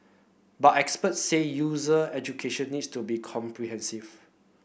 but experts said user education needs to be comprehensive